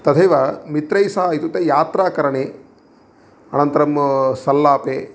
तथैव मित्रैः सह इत्युक्ते यात्राकरणे अनन्तरं सल्लापे